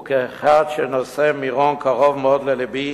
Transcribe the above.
וכאחד שנושא מירון קרוב מאוד ללבו,